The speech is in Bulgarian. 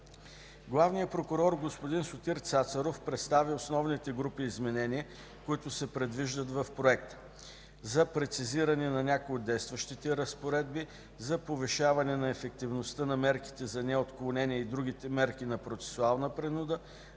Главният прокурор господин Сотир Цацаров представи основните групи изменения, които се предвиждат в проекта: за прецизиране на някои от действащите разпоредби, за повишаване на ефективността на мерките за неотклонение и другите мерки на процесуална принуда,